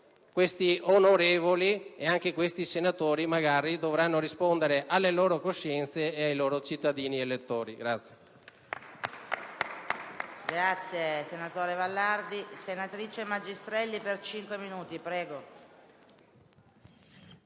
questi onorevoli e questi senatori dovranno rispondere alle loro coscienze e ai loro cittadini elettori.